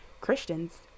Christians